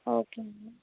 okay అండి